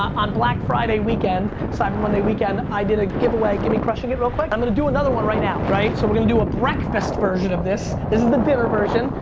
on black friday weekend, cyber monday weekend, i did a giveaway. give me crushing it real quick. i'm gonna do another one right now, right? so we're gonna do a breakfast version of this. this is the dinner version,